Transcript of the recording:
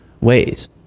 ways